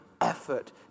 effort